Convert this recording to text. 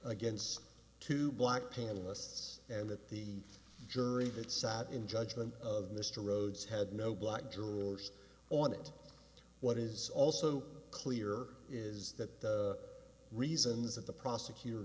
against two black panelists and that the jury that sat in judgment of mr rhodes had no black drawers on it what is also clear is that the reasons that the prosecutor